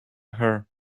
her